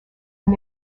and